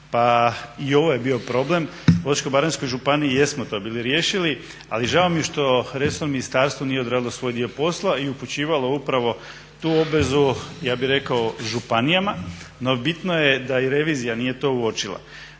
pa i ovo je bio problem. U Osječko-baranjskoj županiji jesmo to bili riješili, ali žao mi je što resorno ministarstvo nije odradilo svoj dio posla i upućivalo upravo tu obvezu ja bih rekao županijama, no bitno je da i revizija nije to uočila.